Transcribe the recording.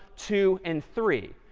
two, and three?